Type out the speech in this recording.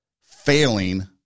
failing